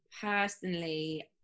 personally